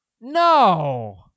No